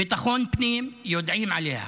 בביטחון פנים יודעים עליה.